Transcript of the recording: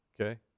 okay